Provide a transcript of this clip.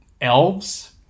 elves